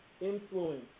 influence